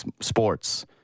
sports